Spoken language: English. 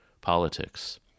politics